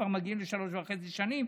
כבר מגיעים לשלוש וחצי שנים.